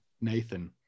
Nathan